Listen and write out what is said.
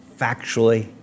factually